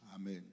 Amen